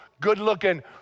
good-looking